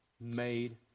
made